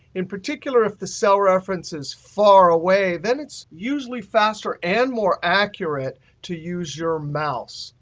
in particular, if the cell reference is far away, then it's usually faster and more accurate to use your mouse.